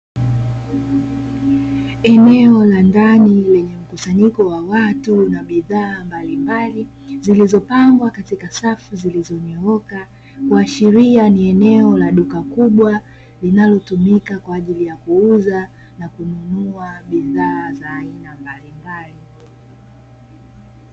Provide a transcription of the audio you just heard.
Eneo la ndani lenye mkusanyiko wa watu na bidhaa mbalimbali, zilizopangwa katika safu zilizonyooka, kuashiria ni eneo la duka kubwa linalotumika kwa ajili ya kuuza na kununua bidhaa za aina mbalimbali.